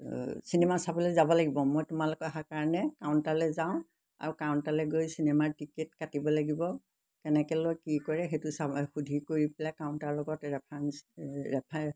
cinema চাবলৈ যাব লাগিব মই তোমালোক অহাৰ কাৰণে কাউণ্টাৰলৈ যাওঁ আৰু কাউণ্টাৰলৈ গৈ চিনেমাৰ টিকেট কাটিব লাগিব কেনেকৈ লয় কি কৰে সেইটো চাব সুধি কৰি পেলাই কাউণ্টাৰ লগত ৰেফাৰেঞ্চ ৰেফাৰ